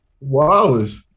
Wallace